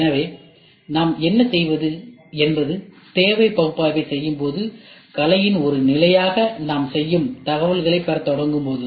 எனவே நாம் தேவை பகுப்பாய்வைச் செய்யும்போது கலையின் ஒரு நிலையாக தகவல்கள் பெறப்படுகின்றன